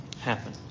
happen